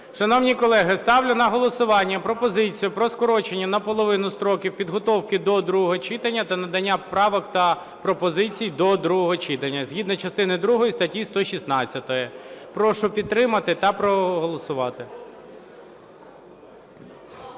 Шановні колеги, ставлю на голосування пропозицію про скорочення наполовину строків підготовки до другого читання та надання правок та пропозицій до другого читання згідно частини другої статті 116. Прошу підтримати та проголосувати.